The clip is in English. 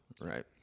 Right